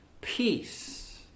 peace